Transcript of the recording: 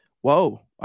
Whoa